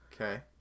Okay